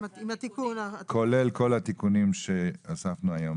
כולל כל התיקונים שחשפנו היום